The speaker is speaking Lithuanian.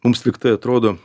mums lygtai atrodo